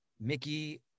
Mickey